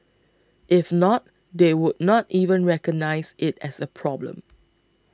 if not they would not even recognise it as a problem